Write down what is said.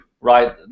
right